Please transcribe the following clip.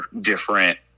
different